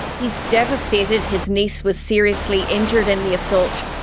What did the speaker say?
he is devastated his niece was seriously injured in the assault.